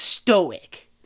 Stoic